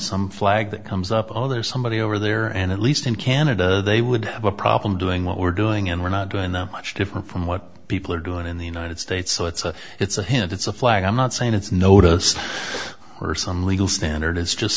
some flag that comes up on there somebody over there and at least in canada they would have a problem doing what we're doing and we're not doing them much different from what people are doing in the united states so it's a it's a hint it's a flag i'm not saying it's notice or some legal standard it's just